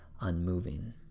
unmoving